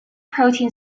protein